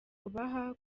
kubaha